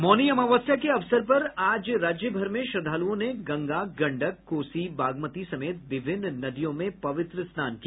मौनी अमावस्या के अवसर पर आज राज्य भर में श्रद्धालुओं ने गंगा गंडक कोसी बागमती समेत विभिन्न नदियों में पवित्र स्नान किया